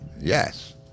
Yes